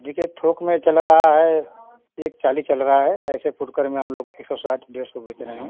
देखिए थोक में चल रहा है एक चाली चल रहा है ऐसे फुटकर में हम लोग एक सौ साठ डेढ़ सौ बेच रहे हैं